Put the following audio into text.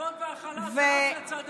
כבוד והכלה זה רק לצד אחד.